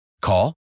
Call